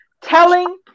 Telling